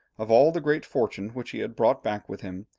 of all the great fortune which he had brought back with him,